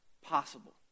possible